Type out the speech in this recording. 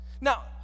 Now